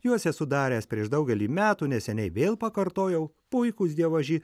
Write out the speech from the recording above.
juos esu daręs prieš daugelį metų neseniai vėl pakartojau puikūs dievaži